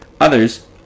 Others